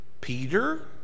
Peter